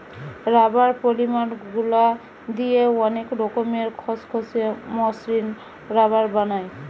rubber polymer গুলা দিয়ে অনেক রকমের খসখসে, মসৃণ রাবার বানায়